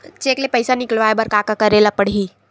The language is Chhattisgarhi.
चेक ले पईसा निकलवाय बर का का करे ल पड़हि?